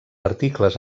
articles